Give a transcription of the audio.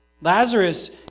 Lazarus